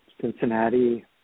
Cincinnati